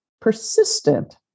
persistent